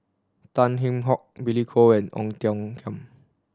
Tan Kheam Hock Billy Koh and Ong Tiong Khiam